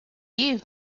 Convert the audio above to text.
you